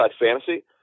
fantasy